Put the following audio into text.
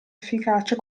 efficacia